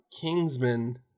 Kingsman